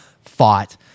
fought